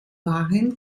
waren